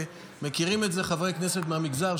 מכירים את זה חברי כנסת מהמגזר,